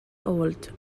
old